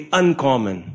uncommon